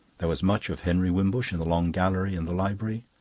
there was much of henry wimbush in the long gallery and the library,